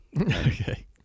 Okay